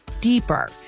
deeper